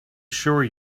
sure